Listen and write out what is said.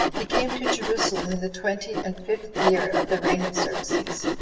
he came to jerusalem in the twenty and fifth year of the reign of xerxes.